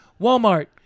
Walmart